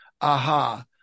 aha